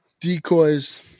decoys